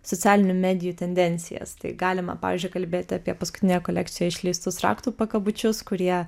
socialinių medijų tendencijas tai galima pavyzdžiu kalbėt apie paskutiniąją kolekciją išleistus raktų pakabučius kurie